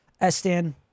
Estan